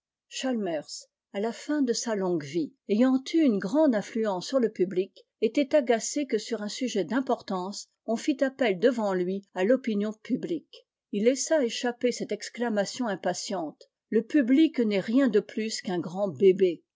à la fin de sa longue vie ayant eu une grande influence sur le public était agacé que sur un sujet d'importance on fît appel devant lui à l'opinion publique il laissa échapper cette exclamation impatiente le public n'est rien de plus qu'un grand bébé